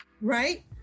right